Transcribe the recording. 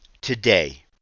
today